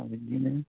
दा बिदिनो